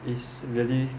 is really